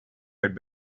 had